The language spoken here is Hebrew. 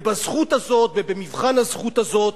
ובזכות הזאת, ובמבחן הזכות הזאת,